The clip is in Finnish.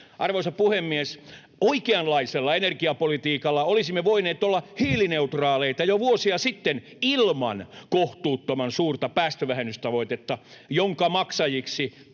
Arvoisa puhemies! Oikeanlaisella energiapolitiikalla olisimme voineet olla hiilineutraaleita jo vuosia sitten ilman kohtuuttoman suurta päästövähennystavoitetta, jonka maksajiksi